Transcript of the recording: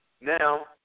Now